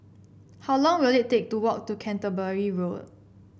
how long will it take to walk to Canterbury Road